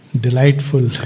delightful